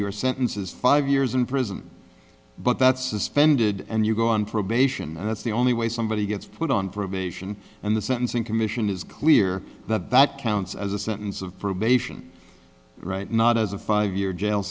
your sentences five years in prison but that's suspended and you go on probation and that's the only way somebody gets put on probation and the sentencing commission is clear that that counts as a sentence of probation right not as a five year jail